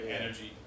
energy